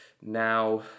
now